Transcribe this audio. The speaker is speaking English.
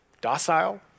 docile